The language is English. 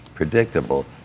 Predictable